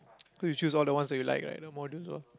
cause you choose all the ones that you like right the modules all